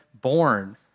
born